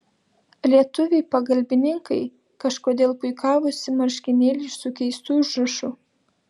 lietuviai pagalbininkai kažkodėl puikavosi marškinėliais su keistu užrašu